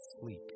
sleek